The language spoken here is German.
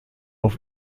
auf